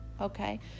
Okay